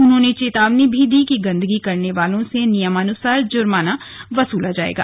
उन्होंने चेतावनी भी दि कि गन्दगी करने वालों से नियमानुसार जुर्माना वसूला जाएगा